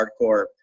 hardcore